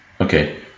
Okay